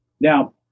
Now